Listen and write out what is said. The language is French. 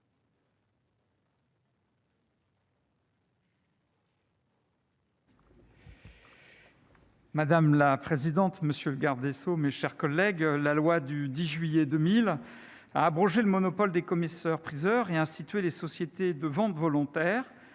Madame la présidente, monsieur le garde des sceaux, mes chers collègues, la loi du 10 juillet 2000 a abrogé le monopole des commissaires-priseurs et a institué les sociétés de ventes volontaires,